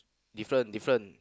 different different